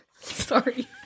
Sorry